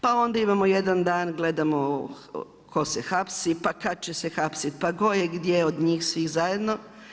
Pa onda imamo jedan dan gledamo tko se hapsi, pa kada će se hapsiti, pa tko je gdje od njih svih zajedno.